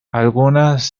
algunas